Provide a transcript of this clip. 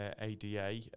ADA